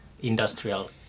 industrial